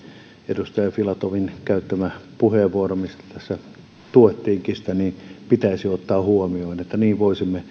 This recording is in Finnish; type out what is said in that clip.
edustaja filatovin käyttämä puheenvuoro jota tässä tuettiinkin pitäisi ottaa huomioon jotta niin voisimme